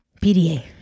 PDA